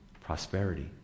prosperity